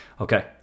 Okay